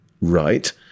right